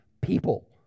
people